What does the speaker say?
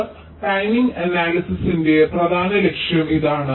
അതിനാൽ ടൈമിംഗ് അനാലിസിസിന്റെ പ്രധാന ലക്ഷ്യം ഇതാണ്